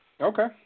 Okay